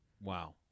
Wow